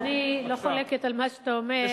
אדוני היושב-ראש, אני לא חולקת על מה שאתה אומר.